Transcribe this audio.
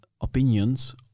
opinions